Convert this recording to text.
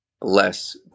less